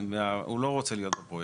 הוא לא רוצה להיות בפרויקט,